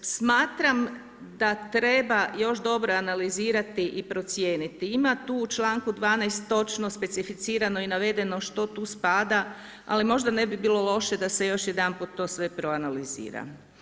Smatram da treba još dobro analizirati i procijeniti, ima tu u članku 12. točno specificirano i navedeno što tu spada, ali možda ne bi bilo loše da se još jedanput to sve proanalizira.